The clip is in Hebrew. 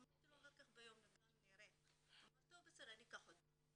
אמרתי לו "נראה גם ביום" אמר לי "טוב בסדר אני אקח אותך".